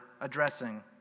addressing